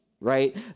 right